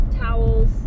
towels